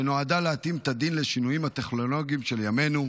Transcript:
שנועדה להתאים את הדין לשינויים הטכנולוגיים של ימינו,